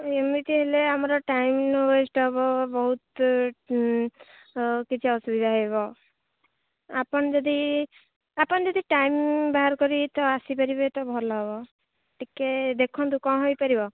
ଏମିତି ହେଲେ ଆମର ଟାଇମ୍ ୱେଷ୍ଟ ହେବ ବହୁତ କିଛି ଅସୁବିଧା ହେବ ଆପଣ ଯଦି ଆପଣ ଯଦି ଟାଇମ୍ ବାହାର କରି ତ ଆସିପାରିବେ ତ ଭଲ ହେବ ଟିକେ ଦେଖନ୍ତୁ କଣ ହେଇପାରିବ